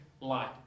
light